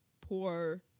poor